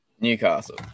Newcastle